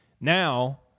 now